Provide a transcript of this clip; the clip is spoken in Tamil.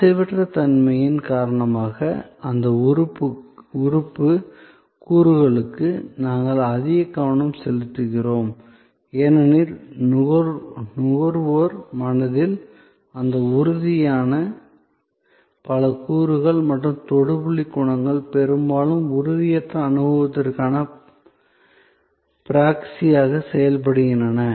அசைவற்ற தன்மையின் காரணமாக அந்த உறுப்பு கூறுகளுக்கு நாங்கள் அதிக கவனம் செலுத்துகிறோம் ஏனெனில் நுகர்வோர் மனதில் அந்த உறுதியான பல கூறுகள் மற்றும் தொடு புள்ளி குணங்கள் பெரும்பாலும் உறுதியற்ற அனுபவத்திற்கான ப்ராக்ஸியாக செயல்படுகின்றன